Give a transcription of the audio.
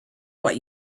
what